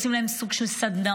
עושים להם סוג של סדנאות,